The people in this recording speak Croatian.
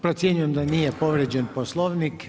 Procjenjujem da nije povrijeđen Poslovnik.